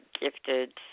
gifted